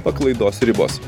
paklaidos ribos